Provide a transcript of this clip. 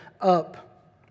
up